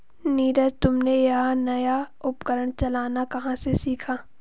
नीरज तुमने यह नया उपकरण चलाना कहां से सीखा?